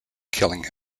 killing